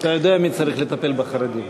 אתה יודע מי צריך לטפל בחרדים.